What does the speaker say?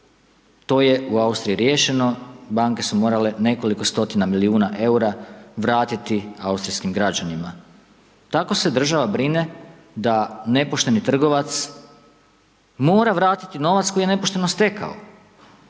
to je u Austriji riješeno, banke su morale nekoliko stotina milijuna eura vratiti austrijskim građanima tako se država brine da nepošteni trgovac mora vratiti novac koji je nepošteno stekao,